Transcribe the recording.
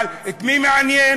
אבל את מי זה מעניין?